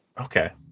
Okay